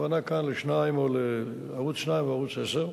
הכוונה כאן לערוץ-2 ולערוץ-10,